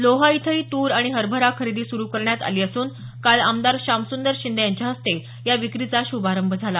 लोहा इथंही तूर आणि हरभरा खरेदी सुरू करण्यात आली असून काल आमदार शामसुंदर शिंदे यांच्या हस्ते या विक्रीचा शुभारंभ झाला